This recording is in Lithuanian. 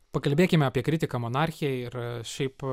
pakalbėkime apie kritiką monarchijai ir šiaip